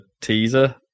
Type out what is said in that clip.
teaser